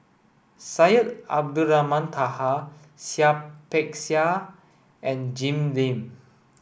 Syed Abdulrahman Taha Seah Peck Seah and Jim Lim